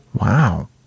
Wow